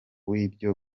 w’ibyo